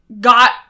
got